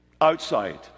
outside